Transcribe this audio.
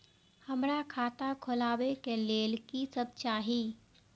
हमरा खाता खोलावे के लेल की सब चाही?